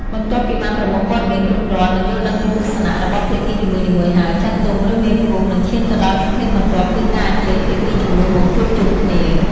បន្ទាប់ពីបានប្រមូលព័ត៌មានគ្រប់គ្រាន់ និងយល់ដឹងពីទស្សនៈរបស់ភាគីនីមួយៗហើយ ចាស់ទុំ ឬមេភូមិ នឹងឈានទៅដល់ជំហានបន្ទាប់គឺការអញ្ជើញភាគីជម្លោះមកជួបជុំគ្នា។